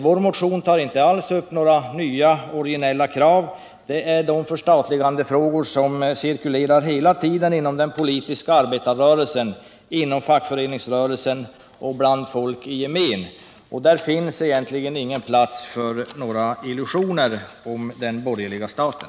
Vår motion tar inte alls upp några nya, originella krav utan det är förstatligandefrågor som hela tiden cirkulerar inom den politiska arbetarrörelsen, inom fackföreningsrörelsen och bland folk i gemen, och där finns ingen plats för några illusioner om den borgerliga staten.